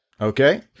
Okay